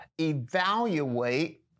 evaluate